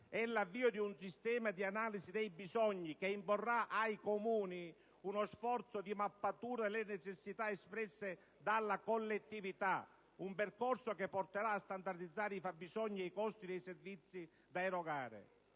È l'avvio di un sistema di analisi dei bisogni che imporrà ai Comuni uno sforzo di mappatura delle necessità espresse dalla collettività: un percorso che porterà a standardizzare i fabbisogni ed i costi dei servizi da erogare.